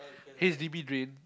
H_D_B drain